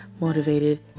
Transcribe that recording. motivated